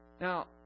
Now